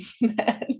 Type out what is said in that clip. men